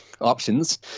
options